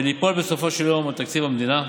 ליפול בסופו של יום על תקציב המדינה.